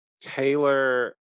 Taylor